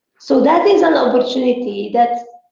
so that is an opportunity that